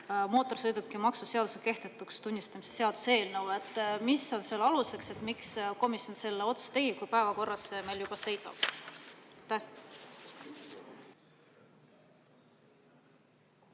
mootorsõidukimaksu seaduse kehtetuks tunnistamise seaduse eelnõu? Mis on selle aluseks? Miks komisjon selle otsuse tegi, kui see päevakorras meil juba seisab? Jaa,